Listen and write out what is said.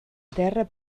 terra